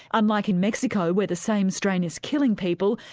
unlike in mexico where the same strain is killing people,